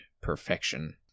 perfection